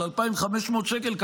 של 2,500 שקל,